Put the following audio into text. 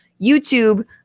YouTube